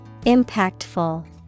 Impactful